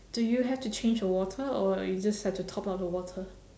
do you have to change the water or you just have to top up the water